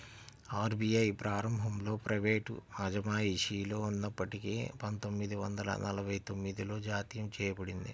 RBI ప్రారంభంలో private అజమాయిషిలో ఉన్నప్పటికీ పందొమ్మిది వందల నలభై తొమ్మిదిలో జాతీయం చేయబడింది